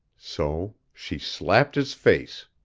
so she slapped his face.